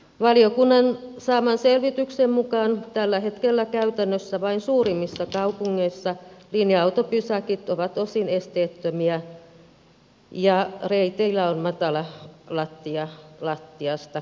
valiokunnan saaman selvityksen mukaan tällä hetkellä käytännössä vain suurimmissa kaupungeissa linja autopysäkit ovat osin esteettömiä ja reiteillä on matalalattiaista kalustoa